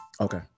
Okay